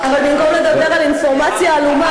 אבל במקום לדבר על אינפורמציה עלומה,